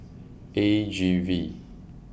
A G V